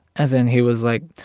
and then he was like,